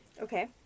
Okay